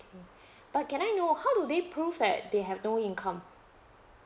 okay but can I know how do they prove that they have no income